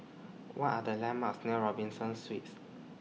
What Are The landmarks near Robinson Suites